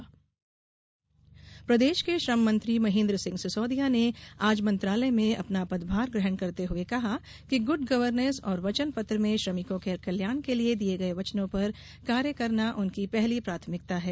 श्रम मंत्री प्रदेश के श्रम मंत्री महेंद्र सिंह सिसोदिया ने आज मंत्रालय में अपना पदभार ग्रहण करते हुए कहा कि गुड गवर्नेस और वचन पत्र में श्रमिकों के कल्याण के लिए दिए गए वचनों पर कार्य करना उनकी पहली प्राथमिकता है